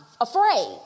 afraid